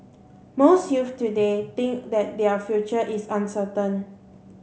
most youths today think that their future is uncertain